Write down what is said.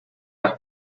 las